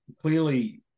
clearly